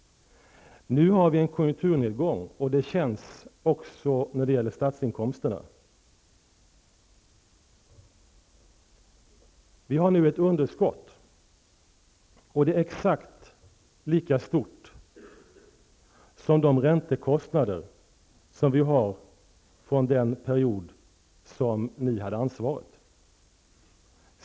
Nu har vi en konjunkturnedgång, och det känns när det gäller statsinkomsterna. Vi har nu ett underskott, och det är exakt lika stort som de räntekostnader som vi har från den period som ni hade ansvaret för.